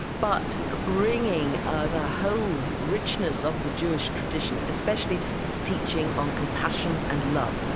but ah bringing ah the whole richness of the jewish tradition, especially its teaching on compassion and love.